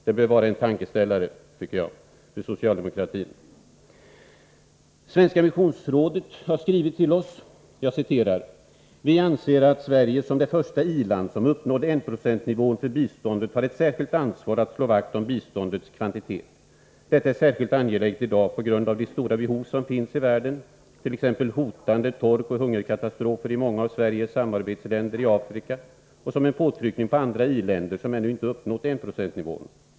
Det bör vara en tankeställare för socialdemokratin. Svenska missionsrådet har skrivit till oss: ”1. Vi anser att Sverige som det första i-land som uppnådde 196-nivån för biståndet har ett särskilt ansvar att slå vakt om biståndets kvantitet. Detta är särskilt angeläget idag på grund av de stora behov som finns i världen tex hotande torkoch hungerkatastrofer i många av Sveriges samarbetsländer i Afrika och som en påtryckning på andra i-länder som ännu inte uppnått 196-nivån.